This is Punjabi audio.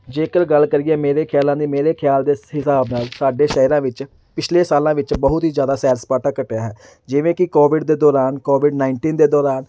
ਜੇਕਰ ਗੱਲ ਕਰੀਏ ਮੇਰੇ ਖਿਆਲਾਂ ਦੀ ਮੇਰੇ ਖਿਆਲ ਦੇ ਹਿਸਾਬ ਨਾਲ ਸਾਡੇ ਸ਼ਹਿਰਾਂ ਵਿੱਚ ਪਿਛਲੇ ਸਾਲਾਂ ਵਿੱਚ ਬਹੁਤ ਹੀ ਜ਼ਿਆਦਾ ਸੈਰ ਸਪਾਟਾ ਘਟਿਆ ਹੈ ਜਿਵੇਂ ਕਿ ਕੋਵਿਡ ਦੇ ਦੌਰਾਨ ਕੋਵਿਡ ਨਾਈਨਟੀਨ ਦੇ ਦੌਰਾਨ